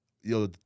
Yo